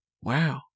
Wow